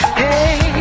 hey